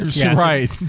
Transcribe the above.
right